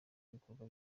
ibikorwa